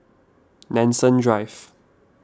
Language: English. Nanson Drive